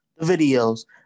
videos